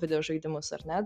videožaidimus ar ne